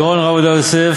הגאון הרב עובדיה יוסף,